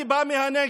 אני בא מהנגב,